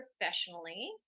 professionally